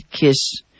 kiss